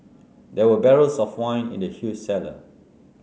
there were barrels of wine in the huge cellar